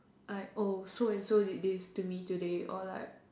like oh so and so did this to me today